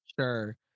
sure